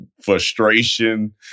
Frustration